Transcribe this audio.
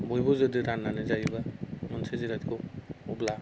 बयबो जुदि राननानै जायोब्ला मोनसे जिरादखौ अब्ला